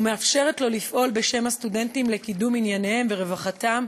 ומאפשרת לו לפעול בשם הסטודנטים לקידום ענייניהם ורווחתם,